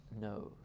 knows